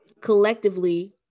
collectively